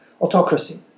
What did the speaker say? autocracy